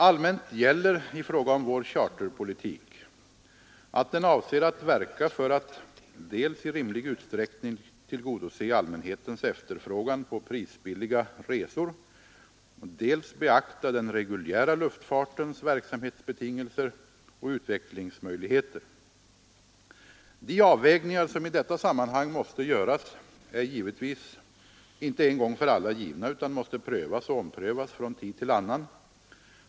Allmänt gäller i fråga om vår charterpolitik att den avser att dels i rimlig utsträckning tillgodose allmänhetens efterfrågan på prisbilliga resor, dels beakta den reguljära luftfartens verksamhetsbetingelser och utvecklingsmöjligheter. De avvägningar som i detta sammanhang måste göras är givetvis inte en gång för alla givna utan måste prövas och omprövas från tid till annan.